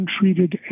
untreated